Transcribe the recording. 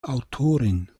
autorin